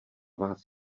vás